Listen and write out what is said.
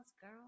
girl